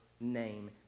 name